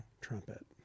trumpet